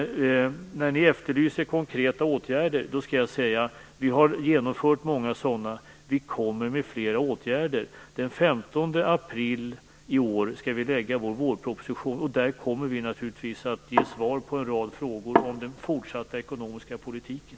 När ni efterlyser konkreta åtgärder vill jag säga: Vi har genomfört många sådana. Vi kommer med fler åtgärder. Den 15 april i år skall vi lägga fram vår vårproposition. Där kommer vi naturligtvis att ge svar på en rad frågor om den fortsatta ekonomiska politiken.